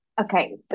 Okay